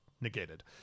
negated